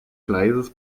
gleises